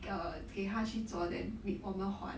err 给他去做 then 我们还